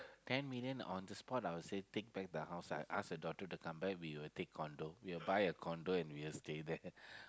ten million on the spot I would say take back the house ah I ask my daughter to come back we will take condo we will buy a condo and we will stay there